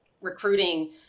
recruiting